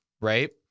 Right